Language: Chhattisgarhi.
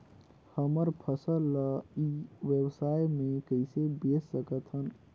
हमर फसल ल ई व्यवसाय मे कइसे बेच सकत हन?